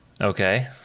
Okay